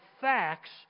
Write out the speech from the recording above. facts